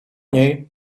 niej